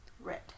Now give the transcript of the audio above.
Red